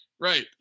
right